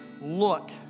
Look